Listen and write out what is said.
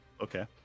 Okay